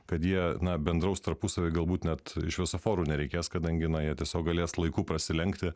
kad jie na bendraus tarpusavy galbūt net šviesoforų nereikės kadangi na jie tiesiog galės laiku prasilenkti